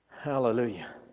Hallelujah